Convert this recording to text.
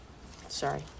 Sorry